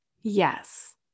Yes